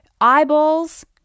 eyeballs